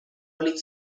olid